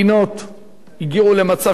הגיעו למצב שהוא קשה מאוד.